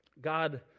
God